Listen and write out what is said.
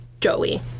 Joey